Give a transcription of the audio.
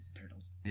turtles